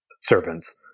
servants